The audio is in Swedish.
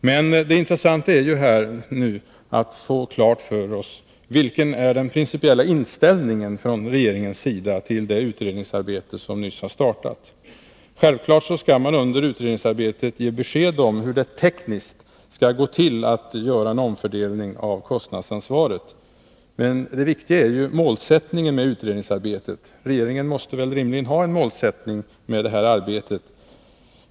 Men det intressanta nu är att vi får klart för oss vilken regeringens principiella inställning är till det utredningsarbete som nyligen har startat. Givetvis skall regeringen under utredningsarbetet ge besked om hur det tekniskt skall gå till att göra en omfördelning av kostnadsansvaret. Men det viktiga är målsättningen för utredningsarbetet. Regeringen måste väl rimligen ha en målsättning för detta arbete.